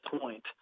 point